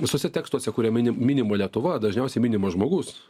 visuose tekstuose kurie mini minima lietuva dažniausiai minimas žmogus